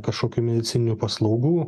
kažkokių medicininių paslaugų